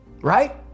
right